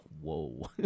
whoa